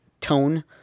tone